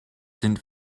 sind